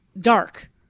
dark